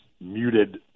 muted